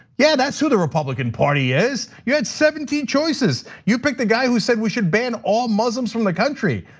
yeah, that's who the republican party is. you had seventeen choices. you pick the guy who said we should ban all muslims from the country.